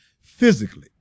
physically